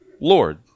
Lord